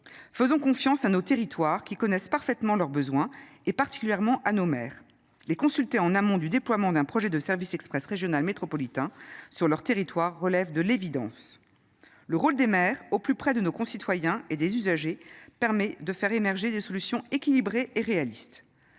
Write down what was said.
faisons confiance à nos parfaitement leurs besoins et particulièrement à nos mères les consulter en amont du déploiement d'un projet de service express régional métropolitain sur leur territoire, relèvent de l'évidence le rôle l'évidence le rôle des maires au plus près de nos concitoyens et des usagers permet de faire émerger des solutions équilibrées et réalistes.